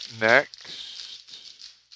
next